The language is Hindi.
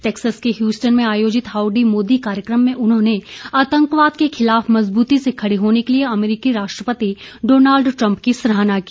टेक्सस के ह्यूस्टन में आयोजित हाऊडी मोदी कार्यक्रम में उन्होंने आतंकवाद के खिलाफ मजबूती से खड़े होने के लिए अमरीकी राष्ट्रपति डोनाल्ड ट्रंप की सराहना की